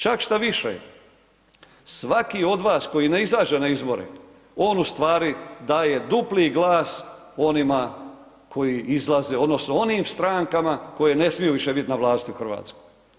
Čak štoviše, svaki od vas koji ne izađe na izbore, on ustvari daje dupli glas onima koji izlaze odnosno onim strankama koje ne smiju više bit na vlasti u Hrvatskoj.